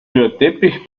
teppich